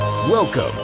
Welcome